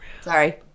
Sorry